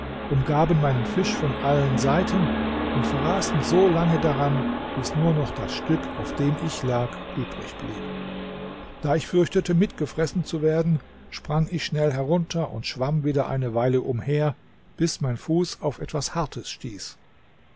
umgaben meinen fisch von allen seiten und fraßen so lange daran bis nur noch das stück auf dem ich lag übrig blieb da ich fürchtete mitgefressen zu werden sprang ich schnell herunter und schwamm wieder eine weile umher bis mein fuß auf etwas hartes stieß